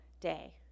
day